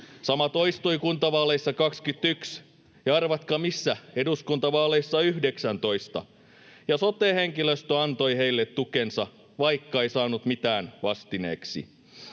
Sama toistui kuntavaaleissa 21, ja arvatkaa missä: eduskuntavaaleissa 19. Sote-henkilöstö antoi heille tukensa, vaikka ei saanut mitään vastineeksi.